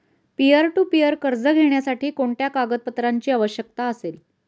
Peer to peer कर्ज घेण्यासाठी कोणत्या कागदपत्रांची आवश्यकता असेल?